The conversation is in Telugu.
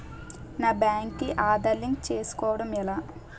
నా బ్యాంక్ కి ఆధార్ లింక్ చేసుకోవడం ఎలా?